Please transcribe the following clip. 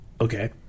Okay